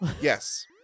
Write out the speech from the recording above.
Yes